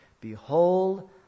behold